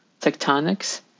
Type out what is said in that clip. tectonics